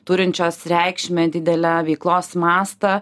turinčios reikšmę didelę veiklos mastą